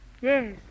Yes